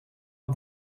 een